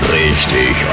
richtig